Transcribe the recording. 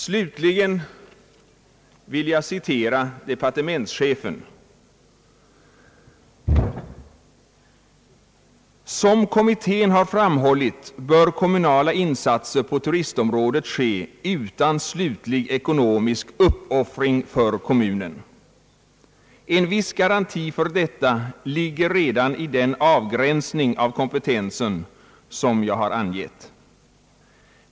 Slutligen vill jag citera departementschefen: »Som kommittén har framhållit bör kommunala insatser på turistområdet ske utan slutlig ekonomisk uppoffring för kommunen. En viss garanti för detta ligger redan i den avgränsning av kompetensen som jag har angett.